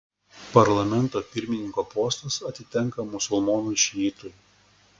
parlamento pirmininko postas atitenka musulmonui šiitui